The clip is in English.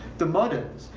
the moderns,